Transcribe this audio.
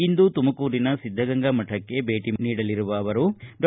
ಇಂದು ತುಮಕೂರಿನ ಸಿದ್ದಗಂಗಾ ಮಠಕ್ಕೆ ಭೇಟಿ ನೀಡಲಿರುವ ಅವರು ಡಾ